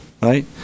Right